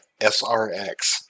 SRX